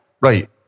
Right